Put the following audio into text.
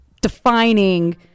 defining